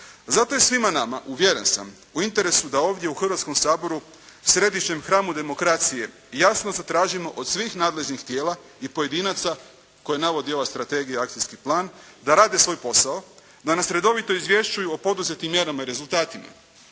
Zato je svima nama, uvjeren sam, u interesu da ovdje u Hrvatskom saboru, središnjem hramu demokracije jasno zatražimo od svih nadležnih tijela i pojedinaca koje navodi ova strategije i akcijski plan da rade svoj posao, da nas redovito izvješćuju o poduzetim mjerama i rezultatima.